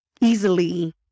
easily